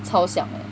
超像的 leh